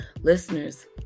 Listeners